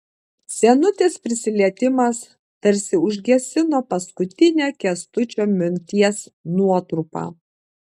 senutės prisilietimas tarsi užgesino paskutinę kęstučio minties nuotrupą